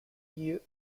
lieu